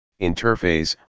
interphase